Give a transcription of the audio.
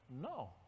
no